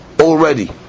already